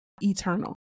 eternal